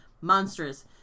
monstrous